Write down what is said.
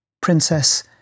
Princess